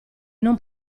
non